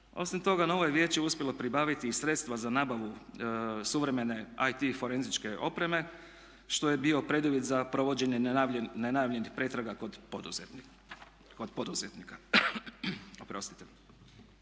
Osim toga novo je vijeće uspjelo pribaviti i sredstva za nabavu suvremene IT forenzičke opreme što je bio preduvjet za provođenje nenajavljenih pretraga kod poduzetnika.